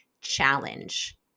challenge